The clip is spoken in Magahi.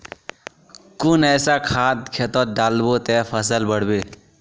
कुन ऐसा खाद खेतोत डालबो ते फसल बढ़बे?